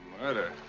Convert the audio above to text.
murder